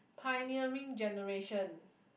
pioneering generation